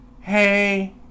hey